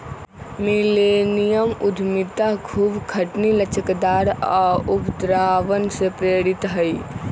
millennium उद्यमिता खूब खटनी, लचकदार आऽ उद्भावन से प्रेरित हइ